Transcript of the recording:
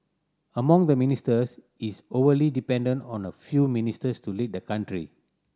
among the ministers is overly dependent on a few ministers to lead the country